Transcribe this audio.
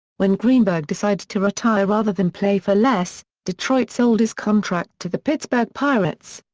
when greenberg decided to retire rather than play for less, detroit sold his contract to the pittsburgh pirates.